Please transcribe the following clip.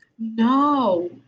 no